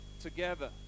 together